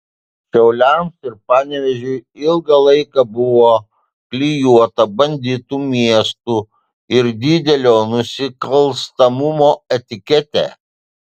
šiauliams ir panevėžiui ilgą laiką buvo klijuota banditų miestų ir didelio nusikalstamumo etiketė